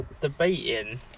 debating